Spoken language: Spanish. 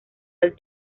del